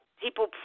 People